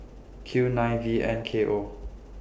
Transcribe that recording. Q nine V N K O